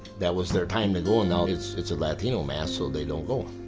that was their time to go. and now it's it's a latino mass, so they don't go.